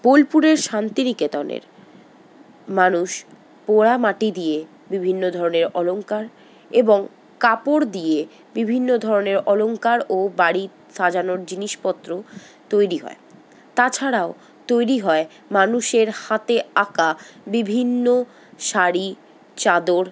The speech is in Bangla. বোলপুরের শান্তিনিকেতনের মানুষ পোড়া মাটি দিয়ে বিভিন্ন ধরনের অলঙ্কার এবং কাপড় দিয়ে বিভিন্ন ধরনের অলঙ্কার ও বাড়ি সাজানোর জিনিসপত্র তৈরি হয় তাছাড়াও তৈরি হয় মানুষের হাতে আঁকা বিভিন্ন শাড়ি চাদর